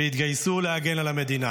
והתגייסו להגן על המדינה.